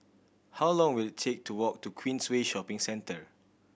how long will it take to walk to Queensway Shopping Centre